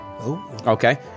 Okay